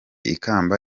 ikamba